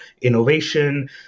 innovation